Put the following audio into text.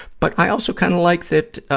but, i also kind of like that, ah,